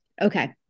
Okay